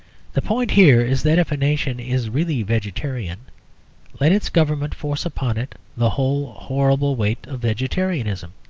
the point here is that if a nation is really vegetarian let its government force upon it the whole horrible weight of vegetarianism.